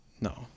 No